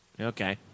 Okay